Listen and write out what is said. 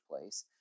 place